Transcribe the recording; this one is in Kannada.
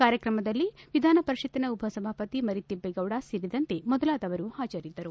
ಕಾರ್ಯಕ್ರಮದಲ್ಲಿ ವಿಧಾನಪರಿಷತ್ತಿನ ಉಪಸಭಾಪತಿ ಮರಿತಿದ್ದೇಗೌಡ ಸೇರಿದಂತೆ ಮೊದಲಾದವರು ಹಾಜರಿದ್ದರು